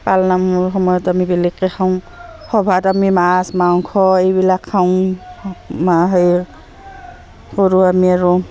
পালনামৰ সময়ত আমি বেলেগকৈ খাওঁ সভাত আমি মাছ মাংস এইবিলাক খাওঁ সেই কৰোঁ আমি আৰু